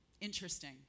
Interesting